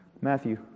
Matthew